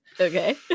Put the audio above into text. Okay